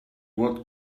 what